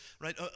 right